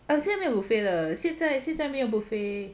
好像没有 buffet 了现在现在没有 buffet